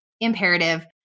imperative